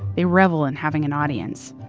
they revel in having an audience.